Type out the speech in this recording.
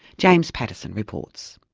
james pattison reports.